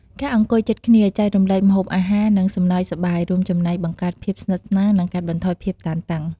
ការអង្គុយជិតគ្នា ចែករំលែកម្ហូបអាហារ និងសំណើចសប្បាយ រួមចំណែកបង្កើតភាពស្និទ្ធស្នាល និងកាត់បន្ថយភាពតានតឹង។